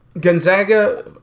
Gonzaga